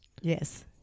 Yes